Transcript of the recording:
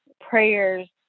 prayers